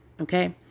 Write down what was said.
Okay